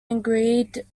agreed